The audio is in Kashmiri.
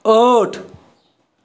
ٲٹھ